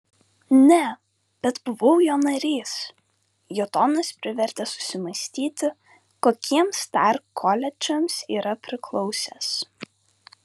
ne bet buvau jo narys jo tonas privertė susimąstyti kokiems dar koledžams yra priklausęs